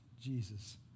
Jesus